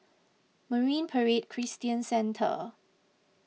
Marine Parade Christian Centre